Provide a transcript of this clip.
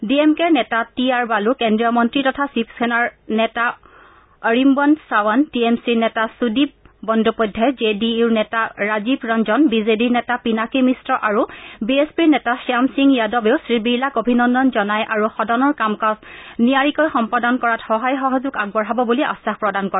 D M কেৰ নেতা T R Baalu কেন্দ্ৰীয় মন্ত্ৰী তথা শিৱসেনাৰ নেতা অৰিবন্দ খাৱন টি এম চিৰ নেতা সুদিপ বংদোপধ্যায় জে ডি ইউৰ নেতা ৰাজীৱ ৰঞ্জন বি জে ডিৰ নেতা পিনাকী মিশ্ৰ আৰু বি এছ পিৰ নেতা শ্যাম সিং যাদৱেও শ্ৰীবিৰলাক অভিনন্দন জনাই আৰু সদনৰ কাম কাজ নিয়াৰিকৈ সম্পাদন কৰাত সহায় সহযোগ আগবঢ়াৱ বুলি আশ্বাস প্ৰদান কৰে